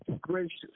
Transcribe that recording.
gracious